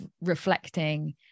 reflecting